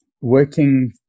working